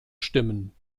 stimmen